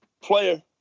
player